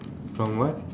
from what